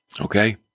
Okay